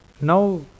now